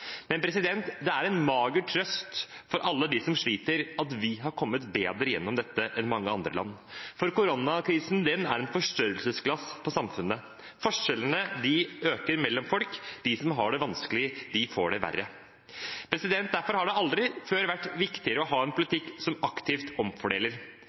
Men det er en mager trøst for alle dem som sliter, at vi har kommet bedre gjennom dette enn mange andre land. Koronakrisen er et forstørrelsesglass på samfunnet. Forskjellene mellom folk øker. De som har det vanskelig, får det verre. Derfor har det aldri før vært viktigere å ha en